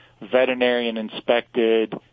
veterinarian-inspected